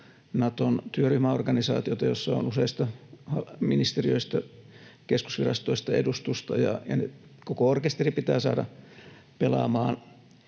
Naton työryhmäorganisaatiota, jossa on useista ministeriöistä ja keskusvirastoista edustusta. Koko orkesteri pitää saada pelaamaan